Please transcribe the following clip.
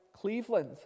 Cleveland